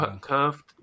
curved